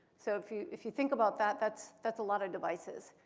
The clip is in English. so if you if you think about that, that's that's a lot of devices,